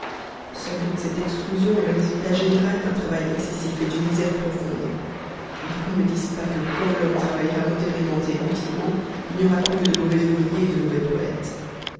sans doute cette exclusion est le résultat général d'un travail excessif et d'une misère profonde mais qu'on ne dise pas que quand l'homme travaillera modérément et utilement il n'y aura plus que de mauvais ouvriers et de mauvais poètes